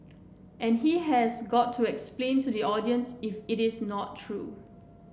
and he has got to explain to the audiences if it is not true